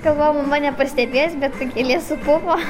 galvojau mama nepastebės bet ta gėlė supuvo